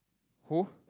who